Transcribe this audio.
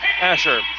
Asher